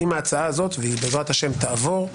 עם ההצעה הזאת, והיא בעזרת השם תעבור,